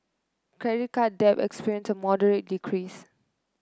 credit card debt experienced a moderate decrease